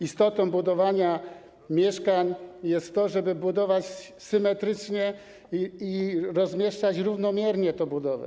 Istotą budowania mieszkań jest to, żeby budować symetrycznie i rozmieszczać równomiernie tę budowę.